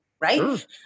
right